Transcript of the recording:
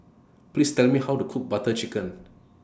Please Tell Me How to Cook Butter Chicken